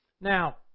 Now